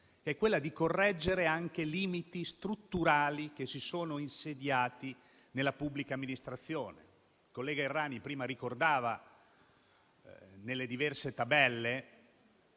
è quella di correggere anche i limiti strutturali che si sono insediati nella pubblica amministrazione. Il collega Errani prima ricordava nelle diverse tabelle